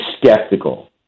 skeptical